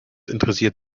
interessiert